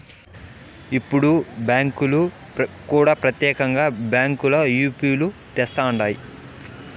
ఇప్పుడు బ్యాంకులు కూడా ప్రత్యేకంగా బ్యాంకుల యాప్ లు తెస్తండాయి